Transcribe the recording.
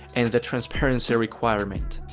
and the transparency requirement.